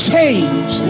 change